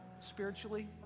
spiritually